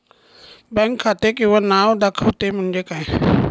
Bank खाते किंवा नाव दाखवते म्हणजे काय?